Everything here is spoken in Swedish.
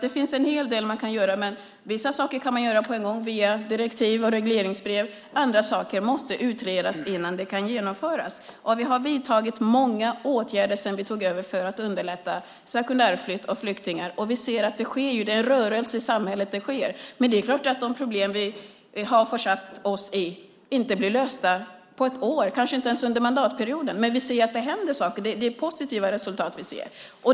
Det finns en hel del man kan göra. Vissa saker kan man göra på en gång via direktiv och regleringsbrev. Andra saker måste utredas innan de kan genomföras. Vi har vidtagit många åtgärder sedan vi tog över för att underlätta sekundärflytt av flyktingar. Vi ser att det sker. Det finns en rörelse i samhället. Det är klart att de problem vi har försatt oss i inte blir lösta på ett år, och kanske inte ens under mandatperioden. Men vi ser att det händer saker. Det är positiva resultat vi ser.